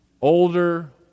older